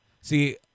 See